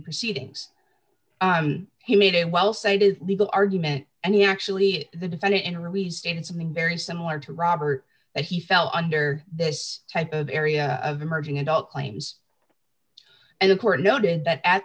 proceedings he made it well say it is legal argument and he actually the defendant in her we've stated something very similar to robert that he fell under this type of area of emerging adult claims and the court noted that at